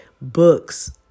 Books